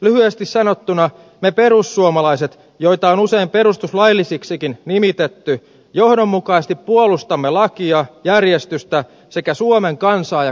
lyhyesti sanottuna me perussuomalaiset joita on usein perustuslaillisiksikin nimitetty johdonmukaisesti puolustamme lakia järjestystä sekä suomen kansaa ja kansalaisia